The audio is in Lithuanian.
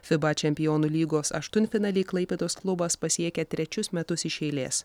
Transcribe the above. fiba čempionų lygos aštuntfinalį klaipėdos klubas pasiekė trečius metus iš eilės